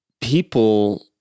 people